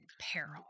peril